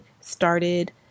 started